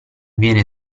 viene